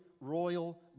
royal